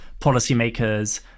policymakers